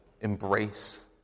embrace